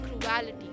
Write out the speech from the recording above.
cruelty